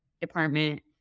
department